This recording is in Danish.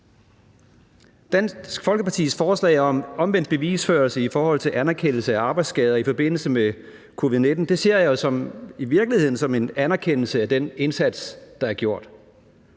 Dansk Folkepartis forslag om omvendt bevisførelse i forhold til anerkendelse af arbejdsskader i forbindelse med covid-19 ser jeg i virkeligheden som en anerkendelse af den indsats, der er gjort,